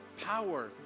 power